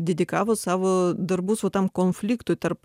dedikavo savo darbus va tam konfliktui tarp